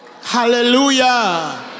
Hallelujah